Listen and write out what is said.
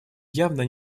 явно